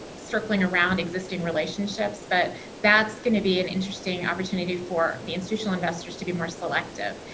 circling around existing relationships. but that's going to be an interesting opportunity for the institutional investors to be more selective.